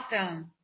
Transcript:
Awesome